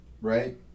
right